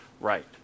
right